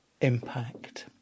impact